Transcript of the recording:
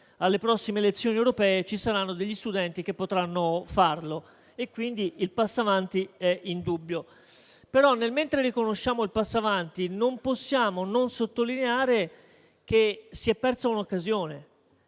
alle prossime elezioni europee ci saranno degli studenti che potranno farlo. Il passo in avanti allora è indubbio. Però, nel mentre riconosciamo il passo avanti, non possiamo non sottolineare che si è persa un'occasione.